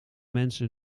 mensen